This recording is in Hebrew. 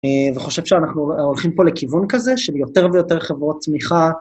ואני חושב שאנחנו הולכים פה לכיוון כזה, של יותר ויותר חברות צמיחה.